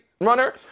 Runner